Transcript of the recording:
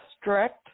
strict